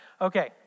Okay